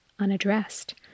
unaddressed